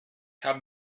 habe